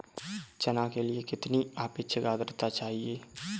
चना के लिए कितनी आपेक्षिक आद्रता चाहिए?